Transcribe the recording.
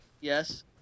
Yes